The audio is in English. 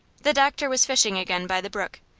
the doctor was fishing again by the brook,